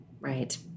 Right